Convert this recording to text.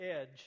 Edge